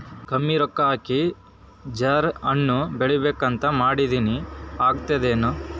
ಕಮ್ಮಿ ರೊಕ್ಕ ಹಾಕಿ ಜರಾ ಹಣ್ ಬೆಳಿಬೇಕಂತ ಮಾಡಿನ್ರಿ, ಆಗ್ತದೇನ?